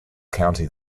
county